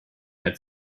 had